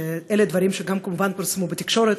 ואלה דברים שגם כמובן פורסמו בתקשורת,